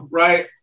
right